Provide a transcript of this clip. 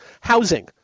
Housing